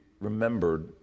remembered